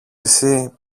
εσύ